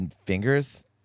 fingers